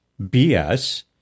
BS